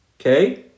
okay